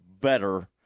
better